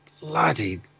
bloody